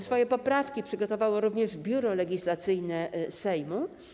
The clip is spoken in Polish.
Swoje poprawki przygotowało również Biuro Legislacyjne Sejmu.